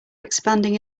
expanding